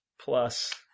plus